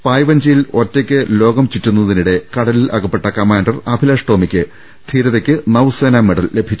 പായ് വഞ്ചിയിൽ കടലിൽ ഒറ്റക്ക് ലോകം ചുറ്റുന്നതിനിടെ കടലിൽ അകപ്പെട്ട കമാൻഡർ അഭിലാഷ് ടോമിക്ക് ധീരത യ്ക്കുള്ള നവ്സേന മെഡൽ ലഭിച്ചു